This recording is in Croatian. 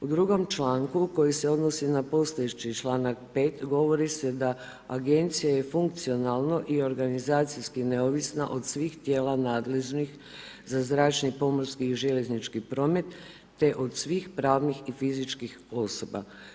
U drugom članku koji se odnosi na postojeći članak 5. govori se da agencija je funkcionalno i organizacijski neovisna od svih tijela nadležnih za zračni, pomorski i željeznički promet te od svih pravnih i fizičkih osoba.